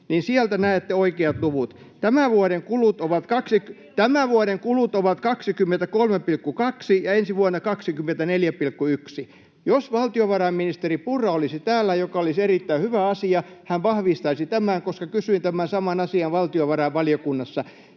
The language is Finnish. virheen merkiksi!] Tämän vuoden kulut ovat 23,2 ja ensi vuonna 24,1. Jos valtiovarainministeri Purra olisi täällä, mikä olisi erittäin hyvä asia, hän vahvistaisi tämän, koska kysyin tämän saman asian valtiovarainvaliokunnassa.